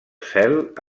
cel